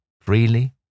freely